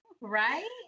Right